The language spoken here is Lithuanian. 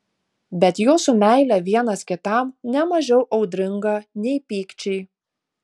bet jūsų meilė vienas kitam ne mažiau audringa nei pykčiai